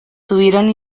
tuvieron